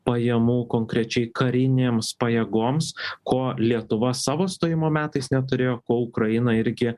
pajamų konkrečiai karinėms pajėgoms ko lietuva savo stojimo metais neturėjo ko ukraina irgi